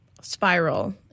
spiral